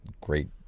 great